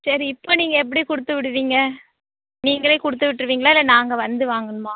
சரி இப்போ நீங்கள் எப்படி கொடுத்து விடுவீங்க நீங்களே கொடுத்து விட்டுருவீங்களா இல்லை நாங்கள் வந்து வாங்கணுமா